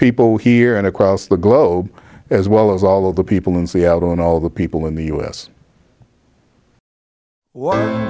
people here and across the globe as well as all of the people in seattle and all the people in the u